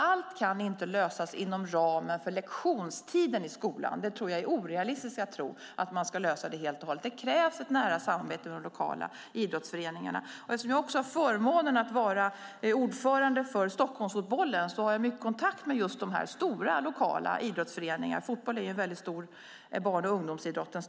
Allt kan inte lösas inom ramen för lektionstiden i skolan; det tror jag är orealistiskt att tro. Det krävs ett nära samarbete med de lokala idrottsföreningarna. Eftersom jag har förmånen att vara ordförande för Stockholmsfotbollen har jag mycket kontakt med de stora lokala idrottsföreningarna. Fotboll är den största barn och ungdomsidrotten.